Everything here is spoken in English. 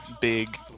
big